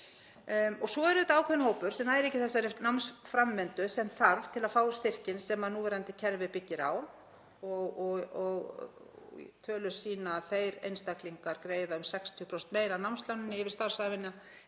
Svo er ákveðinn hópur sem nær ekki þessari námsframvindu sem þarf til að fá styrkinn sem núverandi kerfi byggir á. Tölur sýna að þeir einstaklingar greiða um 60% meira af námsláninu yfir starfsævina